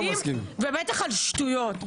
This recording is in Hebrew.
חרדים ובטח על שטויות.